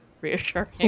reassuring